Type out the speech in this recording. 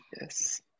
Yes